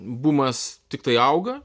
bumas tiktai auga